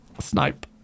snipe